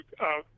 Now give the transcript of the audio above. out